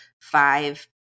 five